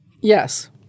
Yes